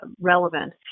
relevant